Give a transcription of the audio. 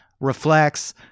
reflects